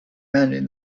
mending